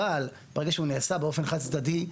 אבל ברגע שהוא נעשה באופן חד צדדי,